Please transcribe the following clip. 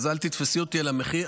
אז אל תתפסי אותי על המחיר.